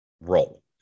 role